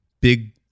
big